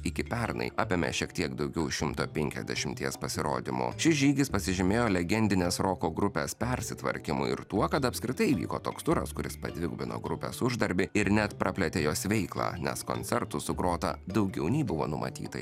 iki pernai apėmė šiek tiek daugiau šimto penkiasdešimties pasirodymų šis žygis pasižymėjo legendinės roko grupės persitvarkymui ir tuo kad apskritai įvyko toks turas kuris padvigubino grupės uždarbį ir net praplėtė jos veiklą nes koncertų sugrota daugiau nei buvo numatyta